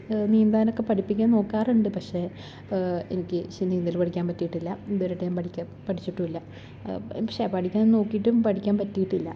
നീന്താനൊക്കെ പഠിപ്പിക്കാൻ നോക്കാറുണ്ട് പക്ഷേ എനിക്ക് പക്ഷേ നീന്തൽ പഠിക്കാൻ പറ്റിയിട്ടില്ല ഇതുവരെ ആയിട്ടും പഠിക്കാൻ പഠിച്ചിട്ടുമില്ല പക്ഷേ പഠിക്കാൻ നോക്കിയിട്ടും പഠിക്കാൻ പറ്റിയിട്ടില്ല